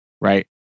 right